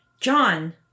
John